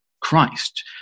Christ